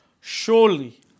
Surely